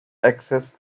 access